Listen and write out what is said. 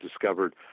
discovered